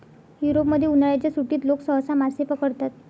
युरोपमध्ये, उन्हाळ्याच्या सुट्टीत लोक सहसा मासे पकडतात